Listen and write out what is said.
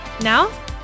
Now